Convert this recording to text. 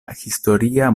historia